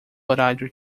horário